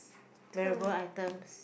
wearable items